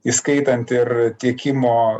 įskaitant ir tiekimo